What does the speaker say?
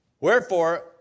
Wherefore